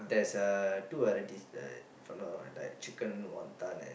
there's uh two varieties the chicken wanton and